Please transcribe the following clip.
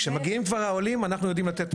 כשמגיעים כבר העולים אנחנו יודעים לתת מענה.